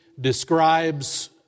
describes